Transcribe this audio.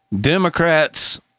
Democrats